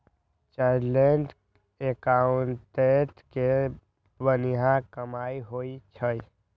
chartered accountant के बनिहा कमाई होई छई